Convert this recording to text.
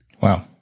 Wow